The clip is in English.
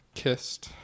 kissed